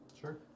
Sure